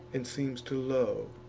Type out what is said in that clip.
and seems to low